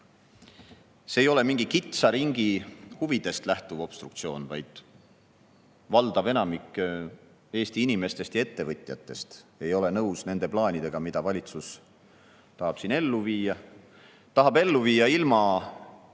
see ei ole mingi kitsa ringi huvidest lähtuv obstruktsioon, vaid enamik Eesti inimestest ja ettevõtjatest ei ole nõus nende plaanidega, mida valitsus tahab ellu viia.